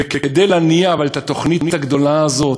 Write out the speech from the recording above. וכדי להניע את התוכנית הגדולה הזאת,